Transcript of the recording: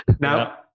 Now